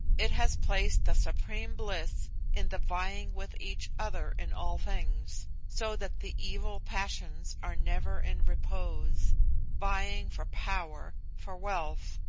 it has placed the supreme bliss in the vying with each other in all things, so that the evil passions are never in repose vying for power, for wealth,